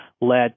led